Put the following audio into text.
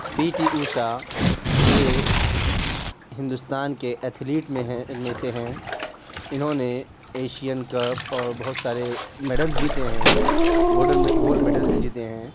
پی T Usha یہ ہندوستان کے athlete میں ہیں میں سے ہیں انہوں نے ایشین کپ اور بہت سارے میڈلس جیتے ہیں گولڈ میڈلس جیتے ہیں